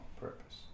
purpose